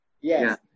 Yes